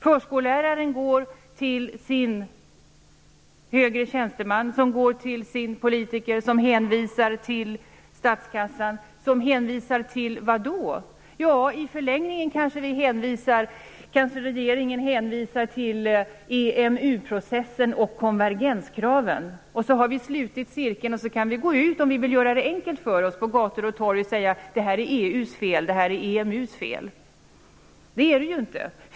Förskolläraren går till en högre tjänsteman, som går till sin politiker, som hänvisar till statskassan där man hänvisar till vad då? Ja, i förlängningen kanske regeringen hänvisar till EMU-processen och konvergenskraven. Så har vi slutit cirkeln och kan gå ut på gator och torg och säga, om vi vill gör det enkelt för oss, att det är EU:s och EMU:s fel. Men så är det inte.